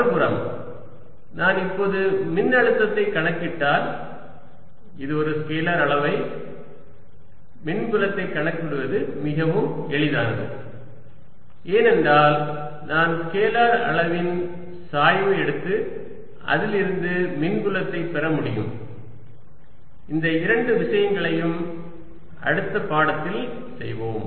மறுபுறம் நான் இப்போது மின்னழுத்தத்தை கணக்கிட்டால் இது ஒரு ஸ்கேலார் அளவு மின்புலத்தை கணக்கிடுவது மிகவும் எளிதானது ஏனென்றால் நான் ஸ்கேலார் அளவின் சாய்வு எடுத்து அதிலிருந்து மின்புலத்தைப் பெற முடியும் இந்த இரண்டு விஷயங்களும் அடுத்த படத்தில் செய்வோம்